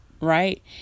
Right